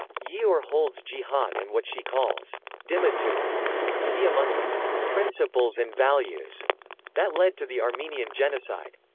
ye'or holds jihad and what she calls dhimmitude to be among the principles and values that led to the armenian genocide.